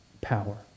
power